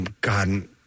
God